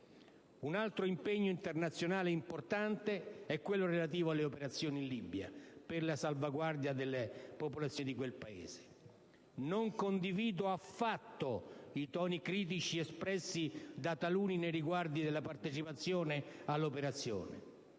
Un altro impegno internazionale importante è quello relativo all'operazione in Libia per la salvaguardia delle popolazioni di quel Paese. Non condivido affatto i toni critici espressi da taluni nei riguardi della partecipazione all'operazione,